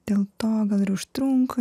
dėl to gal ir užtrunka